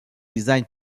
design